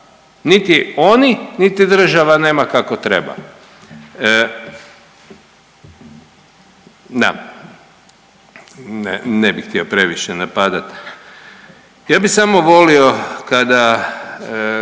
niti oni, niti država nema kako treba. Da, ne bih htio previše napadat, ja bi samo volio kada